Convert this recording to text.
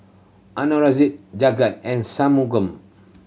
Aurangzeb Jagat and Shunmugam